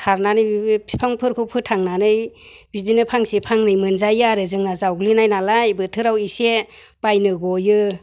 सारनानै बेबो बिफांफोरखौ फोथांनानै बिदिनो फांसे फांनै मोनजायो आरो जोंहा जावग्लिनाय नालाय बोथोराव इसे बायनो गयो